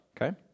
Okay